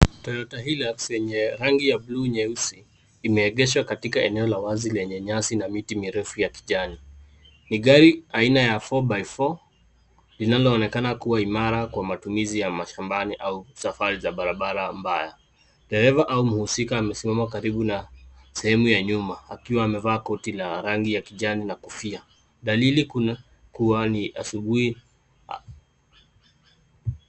Toyota Hillux yenye rangi ya blue nyeusi, imeegeshwa katika eneo la wazi lenye nyasi na miti mirefu ya kijani. Ni gari aina ya 4*4 linaloonekana kua imara kwa matumizi ya mashambani au safari za barabara mbaya. Dereva au mhusika amesimama karibu na sehemu ya nyuma, akiwa amevaa koti la rangi ya kijani na kofia, dalili kua ni asubuhi.